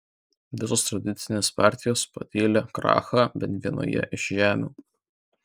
visos tradicinės partijos patyrė krachą bent vienoje iš žemių